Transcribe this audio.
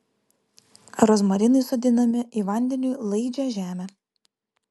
rozmarinai sodinami į vandeniui laidžią žemę